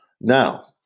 now